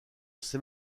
ces